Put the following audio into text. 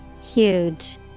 Huge